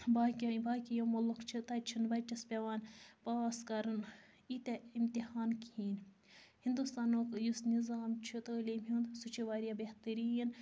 باقیَو باقٕے یِم مُلُک چھِ تَتہِ چھِنہٕ بَچَس پٮ۪وان پاس کَرُن ییٖتاہ امتحان کِہیٖنۍ ہِنٛدوستانُک یُس نِظام چھِ تعلیٖمہِ ہُنٛد سُہ چھِ واریاہ بہتریٖن